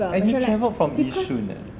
and you travel from yishun eh